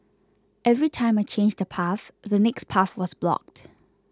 every time I changed a path the next path was blocked